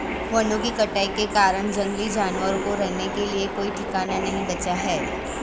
वनों की कटाई के कारण जंगली जानवरों को रहने के लिए कोई ठिकाना नहीं बचा है